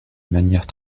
manière